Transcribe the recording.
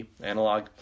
analog